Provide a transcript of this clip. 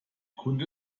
kunde